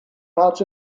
parts